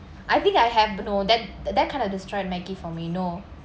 I think I have but no that that that kind of destroyed maggi for me no